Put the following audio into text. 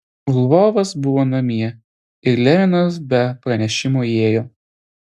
lvovas buvo namie ir levinas be pranešimo įėjo